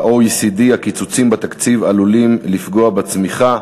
ה-OECD קובע: הקיצוצים בתקציב עלולים לפגוע בצמיחה.